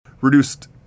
reduced